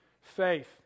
Faith